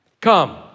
Come